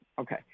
okay